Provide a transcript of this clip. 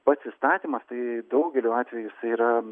pats įstatymas tai daugeliu atvejų jisai yra